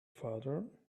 father